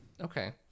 Okay